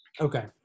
okay